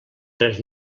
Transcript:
tres